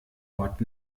ort